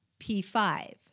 P5